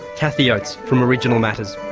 cathy oates from original matters.